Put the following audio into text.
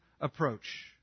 approach